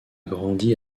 grandi